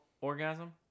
orgasm